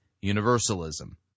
universalism